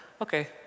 okay